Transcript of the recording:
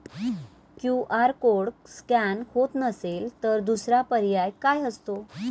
QR code scan होत नसेल तर दुसरा पर्याय काय असतो?